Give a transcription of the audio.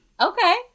Okay